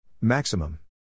Maximum